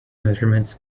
measurements